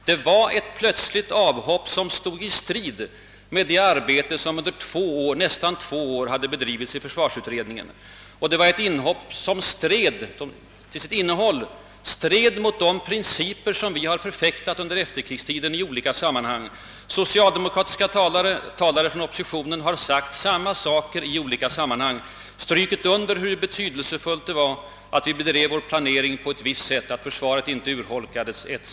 Man gjorde ett plötsligt avhopp som stod i strid med det arbete som under nästan två år hade bedrivits i försvarsutredningen, ett avhopp från de principer som vi alla i olika sammanhang under efterkrigstiden har förfäktat. Socialdemokratiska talare och talare från oppositionen har i olika sammanhang strukit under hur betydelsefullt det är att vi bedriver vår planering på ett visst sätt, att försvaret inte urholkas etc.